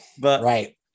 right